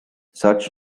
such